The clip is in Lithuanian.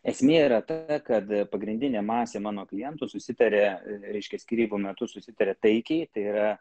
esmė yra ta kad pagrindinė masė mano klientų susitaria reiškia skyrybų metu susitaria taikiai tai yra